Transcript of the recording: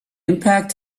impact